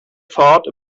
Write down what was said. thought